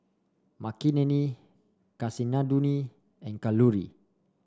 Makineni Kasinadhuni and Kalluri